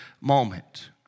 moment